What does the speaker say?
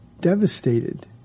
devastated